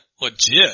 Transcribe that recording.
legit